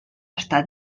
està